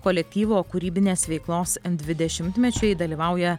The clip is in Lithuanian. kolektyvo kūrybinės veiklos dvidešimtmečiui dalyvauja